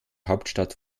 hauptstadt